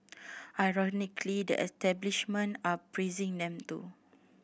ironically the establishment are praising them too